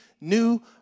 new